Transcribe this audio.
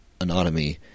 anatomy